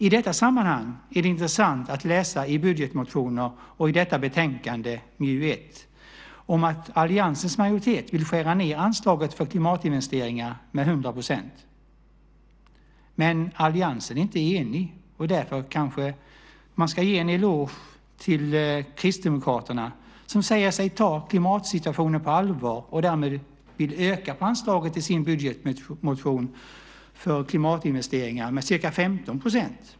I detta sammanhang är det intressant att läsa i budgetmotioner och i detta betänkande, MJU1, att alliansens majoritet vill skära ned anslaget för klimatinvesteringar med 100 %. Alliansen är inte enig och därför kanske man ska ge en eloge till Kristdemokraterna som säger sig ta klimatsituationen på allvar och därmed vill öka på anslaget i sin budgetmotion för klimatinvesteringar med ca 15 %.